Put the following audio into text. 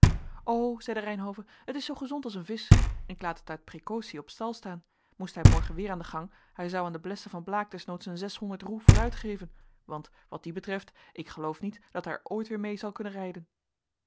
o zeide reynhove het is zoo gezond als een visch ik laat het uit precautie op stal staan moest hij morgen weer aan den gang hij zou aan de blessen van blaek desnoods een zeshonderd roe vooruit geven want wat die betreft ik geloof niet dat hij er ooit weer mede zal kunnen rijden